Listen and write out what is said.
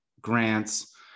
grants